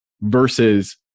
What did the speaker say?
versus